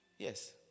Yes